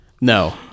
No